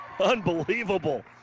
Unbelievable